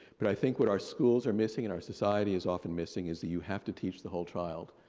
but i think what our schools are missing and our society is often missing is that you have to teach the whole child.